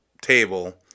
table